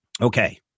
Okay